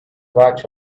watch